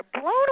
blown